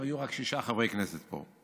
שהם היו רק שישה חברי כנסת פה,